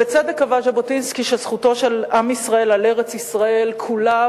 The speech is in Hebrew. בצדק קבע ז'בוטינסקי שזכותו של עם ישראל על ארץ-ישראל כולה,